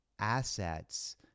assets